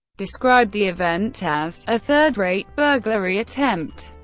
described the event as a third-rate burglary attempt.